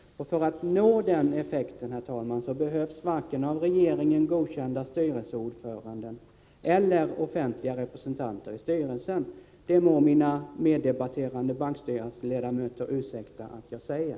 För att nå den effekten behövs varken av regeringen godkända styrelseordförande eller offentliga representanter i styrelsen; det må mina meddebatterande bankstyrelseledamöter ursäkta att jag säger.